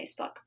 Facebook